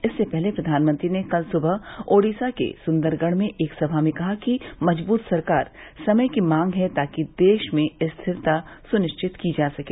इससे पहले प्रधानमंत्री ने कल सुबह ओडिसा के सुंदरगढ़ में एक सभा में कहा कि मजबूत सरकार समय की मांग है ताकि देश में स्थिरता सुनिश्चित की जा सके